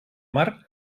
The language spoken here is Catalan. mar